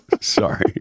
Sorry